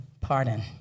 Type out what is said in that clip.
pardon